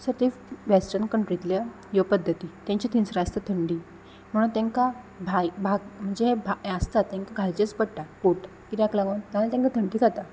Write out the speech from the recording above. so ते western कंट्रीतल्यो ह्यो पद्दती तांच्या थिंनसर आसता थंडी म्हणून तांकां भाय भाग म्हणजे भा हे आसतात तांकां घालचेच पडटा कोट कित्याक लागून थंय तांकां थंडी खाता